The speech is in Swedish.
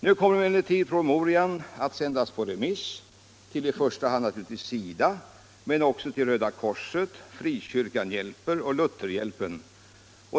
Nu kommer emellertid promemorian att sändas på remiss till i första hand SIDA men också till Röda korset, Frikyrkan hjälper och Lutherhjälpen.